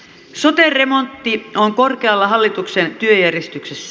sote remontti on korkealla hallituksen työjärjestyksessä